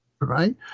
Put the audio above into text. right